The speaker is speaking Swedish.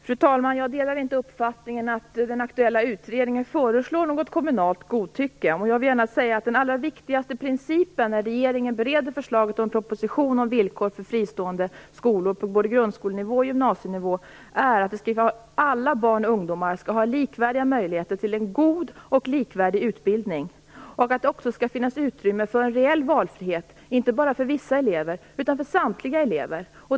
Fru talman! Jag delar inte uppfattningen att den aktuella utredningen föreslår något kommunalt godtycke. Jag vill gärna säga att den allra viktigaste principen när regeringen bereder förslaget till proposition om villkor för fristående skolor på både grundskolenivå och gymnasienivå är att alla barn och ungdomar skall ha likvärdiga möjligheter till en god och likvärdig utbildning. Det skall också finnas utrymme för en reell valfrihet, inte bara för vissa elever, utan för samtliga elever.